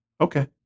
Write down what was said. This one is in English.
okay